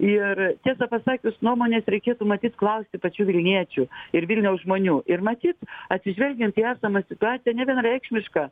ir tiesą pasakius nuomonės reikėtų matyt klausti pačių vilniečių ir vilniaus žmonių ir matyt atsižvelgiant į esamą situaciją nevienareikšmiška